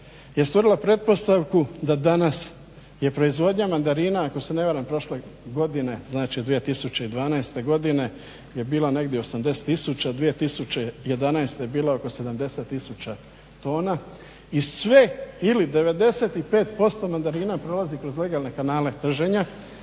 je stvorila pretpostavku da danas je proizvodnja mandarina ako se ne varam prošile godine znači 2012. Godine je bilo negdje 80 tisuća, 20111. Godine je bilo oko 70 tisuća tona i sve ili 95% mandarina prolazi kroz legalne kanale trženja,